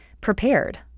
prepared